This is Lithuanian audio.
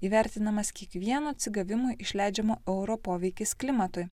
įvertinamas kiekvieno atsigavimui išleidžiamo euro poveikis klimatui